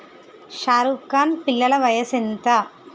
షారుఖ్ఖాన్ పిల్లల వయసెంత